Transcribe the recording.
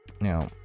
now